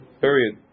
period